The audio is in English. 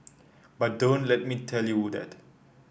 but don't let me tell you would that